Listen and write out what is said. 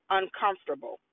uncomfortable